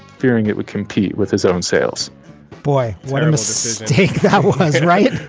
fearing it would compete with his own sales boy, what a mistake that was right.